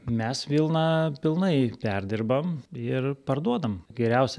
mes vilną pilnai perdirbam ir parduodam geriausią